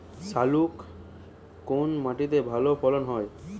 শাকালু কোন মাটিতে ভালো ফলন হয়?